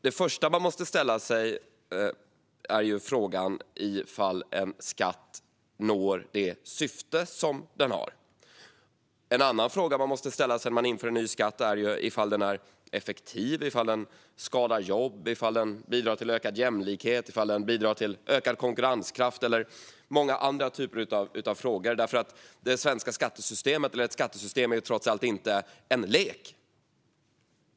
Den första frågan man måste ställa sig när man inför en ny skatt är ifall den uppfyller det syfte man har med den. En annan fråga man måste ställa sig är ifall den är effektiv, ifall den skadar jobb, ifall den bidrar till ökad jämlikhet, ifall den bidrar till ökad konkurrenskraft och många andra typer av frågor. Ett skattesystem är trots allt inte en lek.